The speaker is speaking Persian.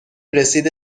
رسید